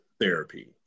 therapy